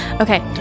Okay